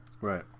right